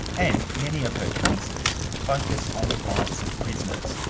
and many of her cases focus on the rights of prisoners,